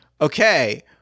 okay